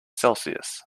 celsius